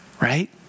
right